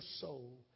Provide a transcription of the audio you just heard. soul